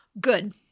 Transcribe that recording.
Good